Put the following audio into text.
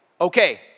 okay